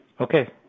Okay